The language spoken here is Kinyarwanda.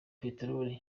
petelori